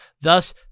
Thus